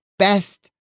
best